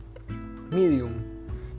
Medium